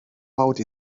out